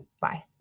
Bye